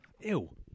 ew